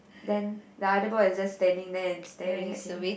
then the other boy is just standing there and staring at him